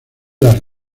las